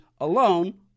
alone